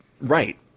Right